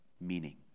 meaning